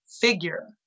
figure